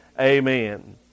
Amen